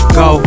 go